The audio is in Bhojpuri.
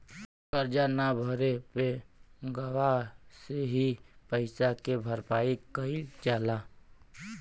करजा न भरे पे गवाह से ही पइसा के भरपाई कईल जाला